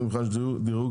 לפי דירוג